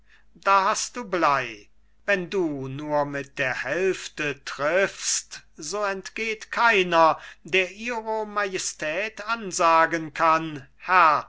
da hast du blei wenn du nur mit der hälfte triffst so entgeht keiner der ihro majestät ansagen kann